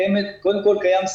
קודם כל,